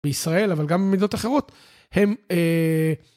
בישראל אבל גם במדינות אחרות. הם אה..